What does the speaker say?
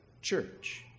church